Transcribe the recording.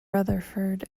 rutherford